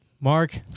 Mark